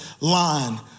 line